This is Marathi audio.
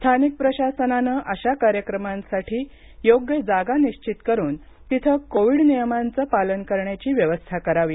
स्थानिक प्रशासनानं अशा कार्यक्रमांसाठी योग्य जागा निश्चित करुन तिथे कोविड नियमांच पालन करण्याची व्यवस्था करावी